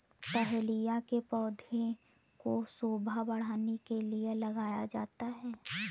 dahlia के पौधे को शोभा बढ़ाने के लिए लगाया जाता है